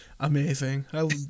Amazing